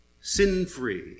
sin-free